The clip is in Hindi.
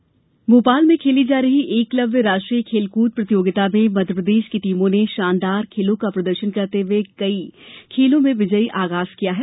एकलव्य खेल भोपाल में खेली जा रही एकलव्य राष्ट्रीय खेलकूद प्रतियोगिता में मध्यप्रदेश की टीमों ने शानदार खेलों का प्रदर्शन करते हुए कई खेलों में विजयी आगाज किया है